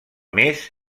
més